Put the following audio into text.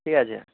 ঠিক আছে